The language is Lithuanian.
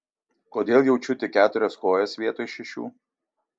kodėl jaučiu tik keturias kojas vietoj šešių